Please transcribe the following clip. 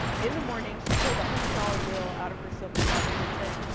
in the morning she pulled a hundred-dollar bill out of her silk stocking and said,